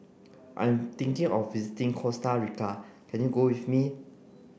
I'm thinking of visiting Costa Rica can you go with me